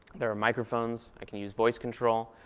there are microphones, i can use voice control.